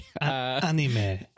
anime